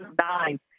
nine